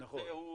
את זה הוא